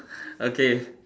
okay